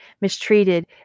mistreated